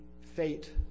fate